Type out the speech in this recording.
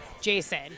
Jason